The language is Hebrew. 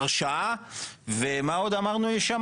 הרשעה ומה עוד אמרנו שיש שם?